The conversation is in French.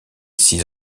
six